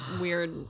weird—